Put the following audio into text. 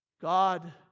God